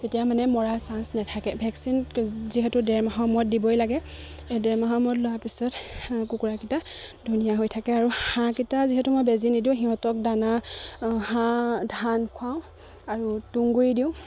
তেতিয়া মানে মৰা চান্স নাথাকে ভেকচিন যিহেতু ডেৰ মাহৰ মূৰত দিবই লাগে ডেৰ মাহৰ মূৰত লোৱাৰ পিছত কুকুৰাকিটা ধুনীয়া হৈ থাকে আৰু হাঁহকেইটা যিহেতু মই বেজী নিদিওঁ সিহঁতক দানা হাঁহ ধান খুৱাওঁ আৰু তুঁহগুড়ি দিওঁ